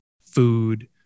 food